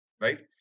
right